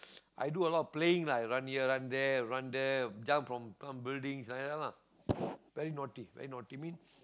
i do a lot of playing lah I run here run there run there jump from buildings and ya lah very naughty very naughty me